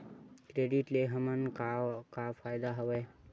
Credit ले हमन का का फ़ायदा हवय?